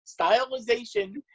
stylization